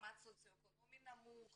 מעמד סוציו אקונומי נמוך